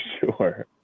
sure